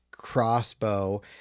crossbow